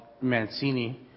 Mancini